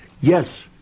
Yes